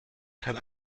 kann